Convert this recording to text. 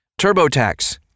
TurboTax